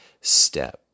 step